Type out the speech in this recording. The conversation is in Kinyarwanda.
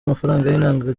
amafaranga